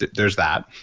there's that.